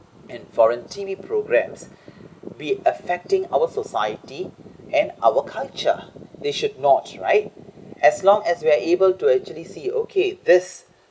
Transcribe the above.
and foreign T_V programs be affecting our society and our culture they should not right as long as we are able to actually say okay this